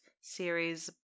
series